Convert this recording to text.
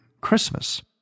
Christmas